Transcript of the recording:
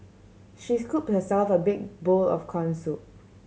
she scoop herself a big bowl of corn soup